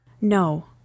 No